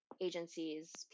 agencies